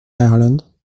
ireland